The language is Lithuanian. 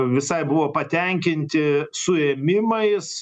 visai buvo patenkinti suėmimais